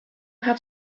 have